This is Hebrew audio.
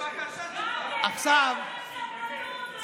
אין לכם סבלנות,